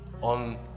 on